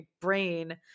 brain